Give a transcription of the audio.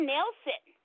Nelson